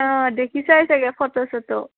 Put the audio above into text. অঁ দেখিছাই চাগে ফটো চটো